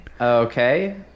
okay